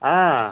ହଁ